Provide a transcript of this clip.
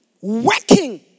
working